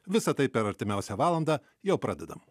visa tai per artimiausią valandą jau pradedam